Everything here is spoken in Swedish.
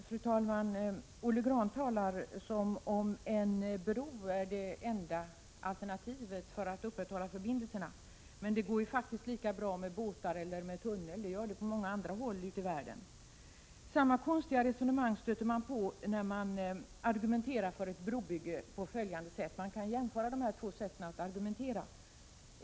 Fru talman! Olle Grahn talar som om en bro är det enda alternativet för att upprätthålla förbindelserna. Men det går faktiskt lika bra med båtar eller med en tunnel — det gör det på många andra håll i världen. Samma konstiga resonemang stöter vi på när man argumenterar för en bro på följande sätt, och dessa två sätt att argumentera kan jämföras.